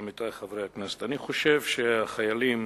עמיתי חברי הכנסת, אני חושב שהחיילים